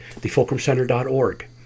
thefulcrumcenter.org